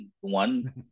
one